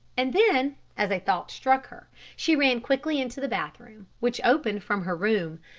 and then as a thought struck her, she ran quickly into the bath-room, which opened from her room.